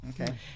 Okay